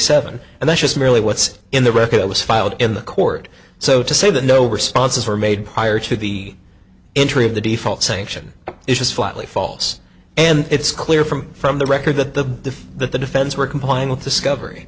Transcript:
seven and that's just merely what's in the record it was filed in the court so to say that no responses were made prior to the entry of the default sanction it was flatly false and it's clear from from the record that the that the defense were complying with discovery